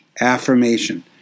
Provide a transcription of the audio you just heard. Affirmation